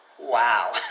Wow